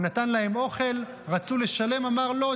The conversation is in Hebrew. הוא נתן להם אוכל, רצו לשלם, אמר: לא.